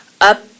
up